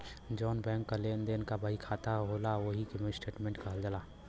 जौन बैंक क लेन देन क बहिखाता होला ओही के स्टेट्मेंट कहल जाला